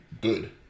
good